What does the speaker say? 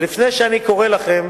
ולפני שאני קורא לכם